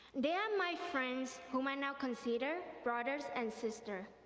they are my friends whom i now consider brothers and sister.